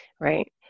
Right